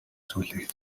зүйлийг